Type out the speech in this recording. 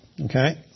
Okay